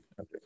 Okay